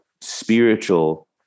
spiritual